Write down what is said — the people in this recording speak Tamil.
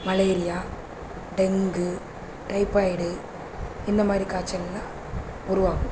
மலேரியா டெங்கு டைப்பாயிடு இந்தமாதிரி காய்ச்சலெலாம் உருவாகும்